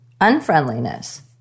unfriendliness